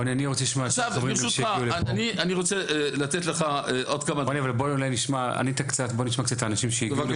רוני, בוא נשמע קצת את האנשים שהגיעו.